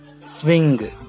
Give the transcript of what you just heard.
swing